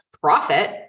profit